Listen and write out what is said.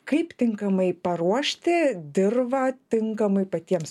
kaip tinkamai paruošti dirvą tinkamai patiems